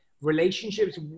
relationships